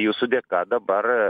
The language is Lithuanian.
jūsų dėka dabar